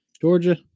Georgia